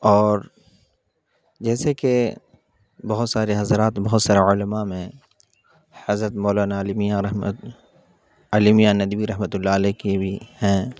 اور جیسے کہ بہت سارے حضرات بہت سارے علماء میں حضرت مولانا علی میاں علی میاں ندوی رحمت اللہ علیہ کی بھی ہیں